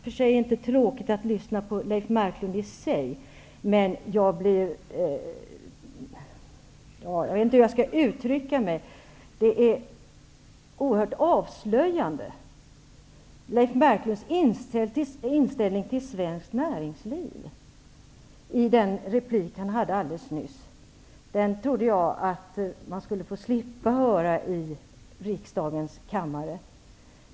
Fru talman! Det är inte tråkigt i sig att lyssna på Leif Marklund, men jag tycker att det han sade i sin replik alldeles nyss är oerhört avslöjande i fråga om hans inställning till svenskt näringsliv. Jag trodde att man skulle slippa höra sådant i riksdagens kammare.